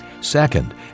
Second